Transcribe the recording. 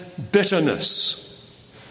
bitterness